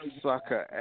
sucker